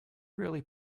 really